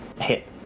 hit